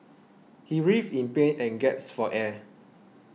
he writhed in pain and gasped for air